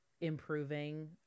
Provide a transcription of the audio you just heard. improving